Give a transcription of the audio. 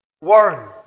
Warren